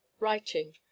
writing